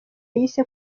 yise